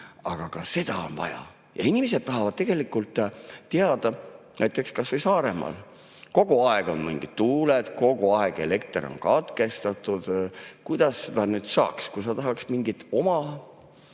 Aga ka seda on vaja. Ja inimesed tahavad tegelikult teada, näiteks kas või Saaremaal, kus kogu aeg on mingid tuuled ja kogu aeg on elekter katkestatud, kuidas seda nüüd saaks, kui sa tahaksid mingit oma